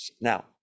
now